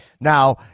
Now